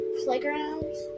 playgrounds